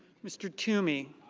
mr. toomey.